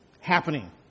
happening